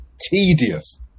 tedious